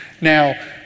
Now